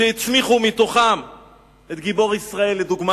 שהצמיחו מתוכן את גיבור ישראל לדוגמה,